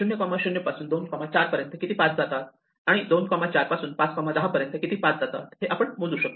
00 पासून 24 पर्यंत किती पाथ जातात आणि 24 पासून 5 10 पर्यंत किती पाथ जातात हे आपण मोजू शकतो